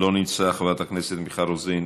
לא נמצא, חברת הכנסת מיכל רוזין,